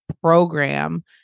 program